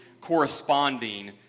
corresponding